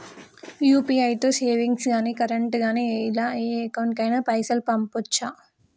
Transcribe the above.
UPI తో savings గాని current గాని ఇలా ఏ అకౌంట్ కైనా పైసల్ పంపొచ్చా?